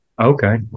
okay